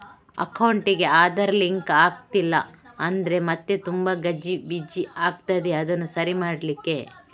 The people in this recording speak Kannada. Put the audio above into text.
ಅಕೌಂಟಿಗೆ ಆಧಾರ್ ಲಿಂಕ್ ಆಗ್ಲಿಲ್ಲ ಅಂದ್ರೆ ಮತ್ತೆ ತುಂಬಾ ಗಜಿಬಿಜಿ ಆಗ್ತದೆ ಅದನ್ನು ಸರಿ ಮಾಡ್ಲಿಕ್ಕೆ